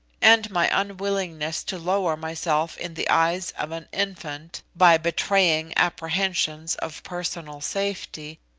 and my unwillingness to lower myself in the eyes of an infant by betraying apprehensions of personal safety,